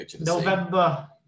November